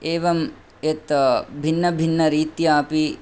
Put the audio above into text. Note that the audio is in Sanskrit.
एवम् यत् भिन्नभिन्नरीत्या अपि